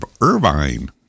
Irvine